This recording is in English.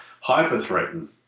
hyper-threaten